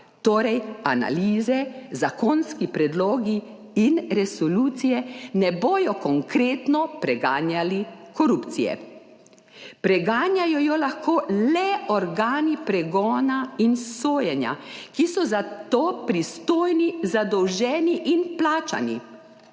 Torej analize, zakonski predlogi in resolucije ne bodo konkretno preganjali korupcije. Preganjajo jo lahko le organi pregona in sojenja, ki so za to pristojni, zadolženi in plačani.